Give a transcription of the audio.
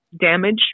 damage